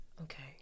okay